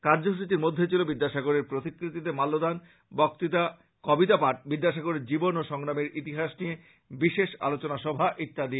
কার্যসূচীর মধ্যে ছিল বিদ্যাসাগরের প্রতিকৃতিতে মাল্যদান বক্ততা কবিতা পাঠ বিদ্যাসাগরের জীবন ও সংগ্রামের ইতিহাস নিয়ে বিশেষ আলোচনা ইত্যাদি